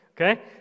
Okay